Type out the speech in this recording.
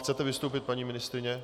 Chcete vystoupit, paní ministryně?